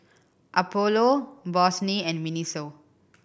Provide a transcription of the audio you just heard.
Apollo Bossini and MINISO